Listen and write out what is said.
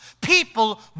people